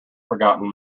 forgotten